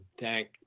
thank